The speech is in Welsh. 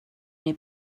neu